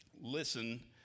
listen